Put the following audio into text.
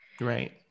right